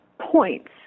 points